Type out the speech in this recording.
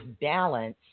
balance